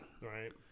Right